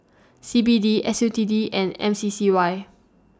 C B D S U T D and M C C Y